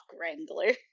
wrangler